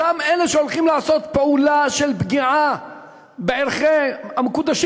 אותם אלה שהולכים לעשות פעולה של פגיעה בערכים המקודשים